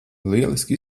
lieliski